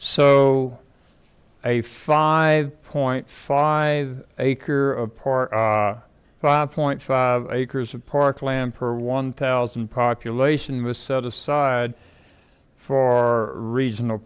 so a five point five acre of par five point five acres of park land per one thousand population was set aside for regional